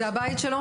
זה הבית שלו?